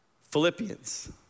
Philippians